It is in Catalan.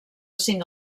cinc